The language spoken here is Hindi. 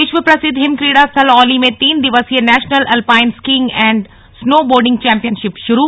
विश्व प्रसिद्ध हिमक्रीड़ा स्थल औली में तीन दिवसीय national alpine skiing and snowboarding championship शुरू